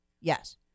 Yes